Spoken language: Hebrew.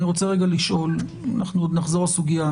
אנחנו עוד נחזור לסוגיה.